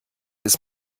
ist